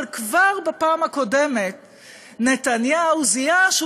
אבל כבר בפעם הקודמת נתניהו זיהה שהוא